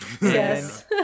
Yes